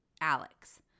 Alex